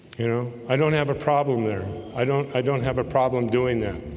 you know, i don't have a problem there i don't i don't have a problem doing that